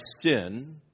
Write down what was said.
sin